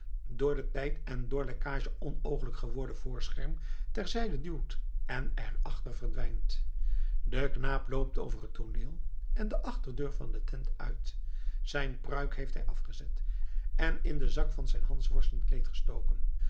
door den tijd en door lekkage onoogelijk geworden voorscherm ter zijde duwt en er achter verdwijnt de knaap loopt over het tooneel en de achterdeur van de tent uit zijn pruik heeft hij afgezet en in de zak van zijn hansworstenkleed gestoken